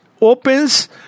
opens